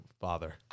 Father